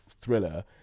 thriller